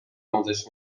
آموزش